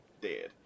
dead